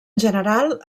general